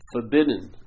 forbidden